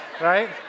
right